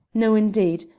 no, indeed!